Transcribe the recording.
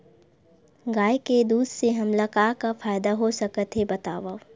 गाय के दूध से हमला का का फ़ायदा हो सकत हे बतावव?